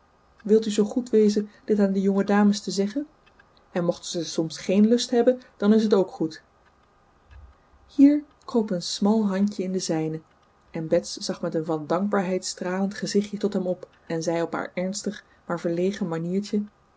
wilt u zoo goed wezen dit aan de jonge dames te zeggen en mochten ze soms geen lust hebben dan is het ook goed hier kroop een smal handje in de zijne en bets zag met een van dankbaarheid stralend gezichtje tot hem op en zei op haar ernstig maar verlegen maniertje